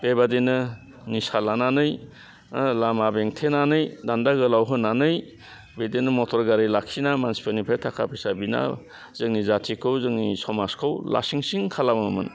बेबादिनो निसा लानानै लामा बेंथेनानै दान्दा गोलाव होनानै बिदिनो मटर गारि लाखिना मानसिफोरनिफ्राय थाखा फैसा बिना जोंनि जातिखौ जोंनि समाजखौ लासिंसिं खालामोमोन